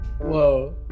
Whoa